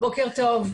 בוקר טוב.